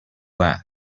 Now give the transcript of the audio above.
that